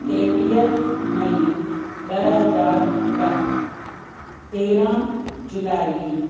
टेवीह मई ॿ हज़ार ॿ तेरहं जुलाई